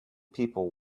people